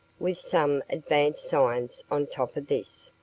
with some advanced science on top of this,